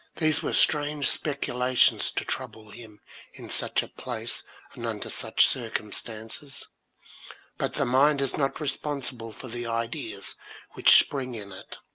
these were strange speculations to trouble him in such a place and under such circumstances but the mind is not responsible for the ideas which spring in it.